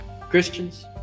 Christians